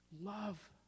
love